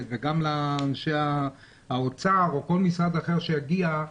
וגם לאנשי האוצר או כל משרד אחר שיגיע,